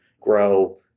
grow